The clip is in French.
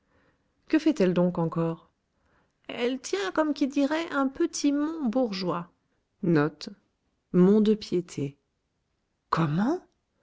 que fait-elle donc encore elle tient comme qui dirait un petit mont bourgeois comment